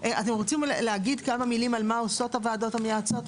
רוצים להגיד כמה מילים על מה עושות הוועדות המייעצות,